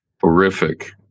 horrific